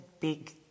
big